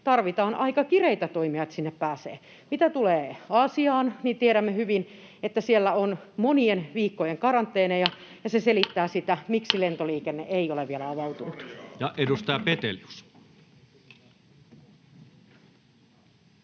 tarvitaan aika kireitä toimia, että sinne pääsee. Mitä tulee Aasiaan, tiedämme hyvin, että siellä on monien viikkojen karanteeneja, ja se selittää sitä, miksi lentoliikenne ei ole vielä avautunut. [Speech